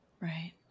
right